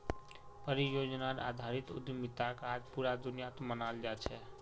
परियोजनार आधारित उद्यमिताक आज पूरा दुनियात मानाल जा छेक